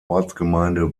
ortsgemeinde